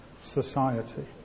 society